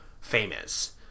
famous